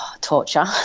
torture